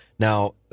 Now